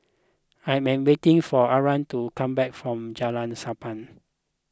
I am waiting for Ari to come back from Jalan Sappan